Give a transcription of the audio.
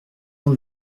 dans